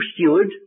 steward